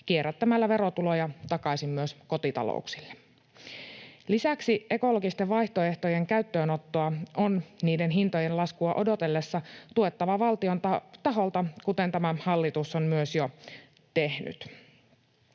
kierrättämällä verotuloja takaisin myös kotitalouksille. Lisäksi ekologisten vaihtoehtojen käyttöönottoa on niiden hintojen laskua odotellessa tuettava valtion taholta, kuten tämä hallitus myös on jo tehnyt.